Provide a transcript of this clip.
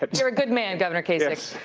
but you're a good man, governor kasich.